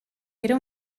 era